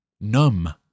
numb